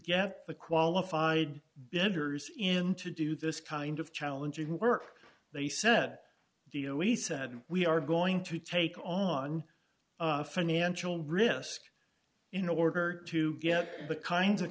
get the qualified bender's in to do this kind of challenging work they said we said we are going to take on financial risk in order to get the kinds of